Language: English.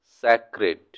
sacred